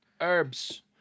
herbs